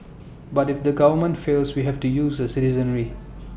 but if the government fails we have to use the citizenry